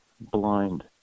Blind